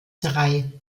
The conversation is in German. drei